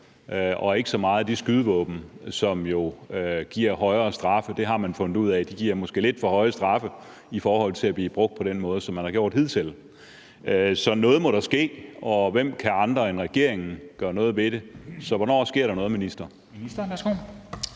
og ikke så meget de skydevåben, som jo giver højere straffe – der har man fundet ud af, at de giver måske lidt for høje straffe i forhold til at blive brugt på den måde, som man har gjort hidtil. Så noget må der ske, og hvem andre end regeringen kan gøre noget ved det? Så hvornår sker der noget, minister?